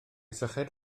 syched